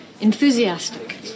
enthusiastic